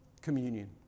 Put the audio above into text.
communion